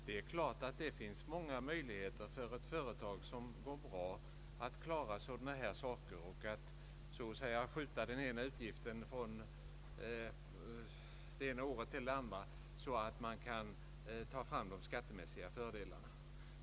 Herr talman! Det är klart att företag som går bra har många möjligheter att ta fram pengar när man behöver dem för personalutbildning och därmed få skattemässiga fördelar.